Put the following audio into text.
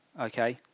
okay